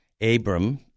Abram